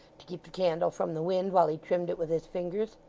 to keep the candle from the wind, while he trimmed it with his fingers.